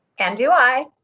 and do i.